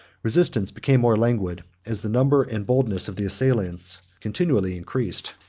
resistance became more languid, as the number and boldness of the assailants continually increased.